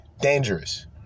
dangerous